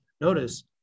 Notice